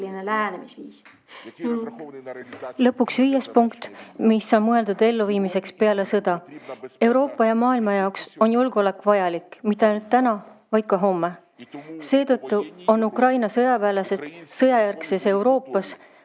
Lõpuks viies punkt, mis on mõeldud elluviimiseks peale sõda. Euroopa ja maailma jaoks on julgeolek vajalik mitte ainult täna, vaid ka homme. Seetõttu see on Ukraina sõjaväelased sõjajärgses Euroopas